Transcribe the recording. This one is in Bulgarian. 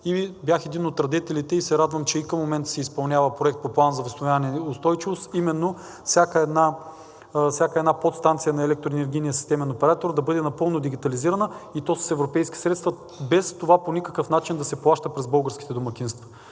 Бях един от радетелите и се радвам, че и към момента се изпълнява проект по Плана за възстановяване и устойчивост, а именно всяка една подстанция на Електроенергийния системен оператор да бъде напълно дигитализирана, и то с европейски средства, без това по никакъв начин да се плаща през българските домакинства.